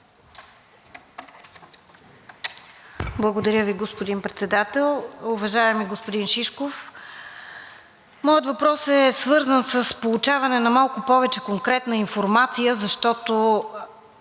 Благодаря Ви, господин Председател. Уважаеми господин Шишков, моят въпрос е свързан с получаване на малко повече конкретна информация, защото